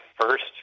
first